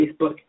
Facebook